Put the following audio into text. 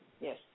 Yes